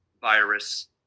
virus